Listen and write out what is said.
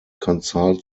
consult